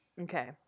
Okay